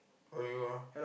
where you are